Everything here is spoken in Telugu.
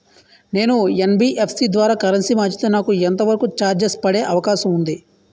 నేను యన్.బి.ఎఫ్.సి ద్వారా కరెన్సీ మార్చితే నాకు ఎంత వరకు చార్జెస్ పడే అవకాశం ఉంది?